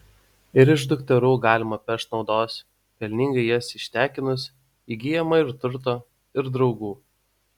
ir iš dukterų galima pešt naudos pelningai jas ištekinus įgyjama ir turto ir draugų